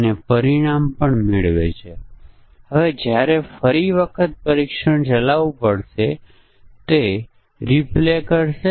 અને જો SBI card દ્વારા ખરીદી કરવામાં આવે તો 5 ટકા વધારાના ડિસ્કાઉન્ટ મળે છે